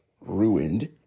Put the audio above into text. ruined